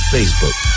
Facebook